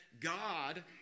God